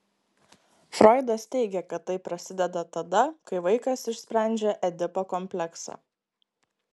froidas teigė kad tai prasideda tada kai vaikas išsprendžia edipo kompleksą